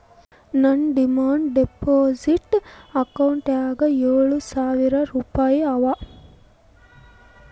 ನಂದ್ demand deposit ಅಕೌಂಟ್ನಾಗ್ ಏಳ್ ಸಾವಿರ್ ರುಪಾಯಿ ಅವಾ